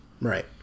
Right